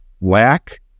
Lack